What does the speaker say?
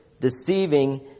deceiving